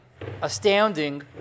astounding